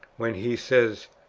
when he says,